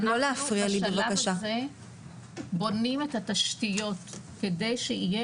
אנחנו בשלב הזה בונים את התשתיות כדי שיהיה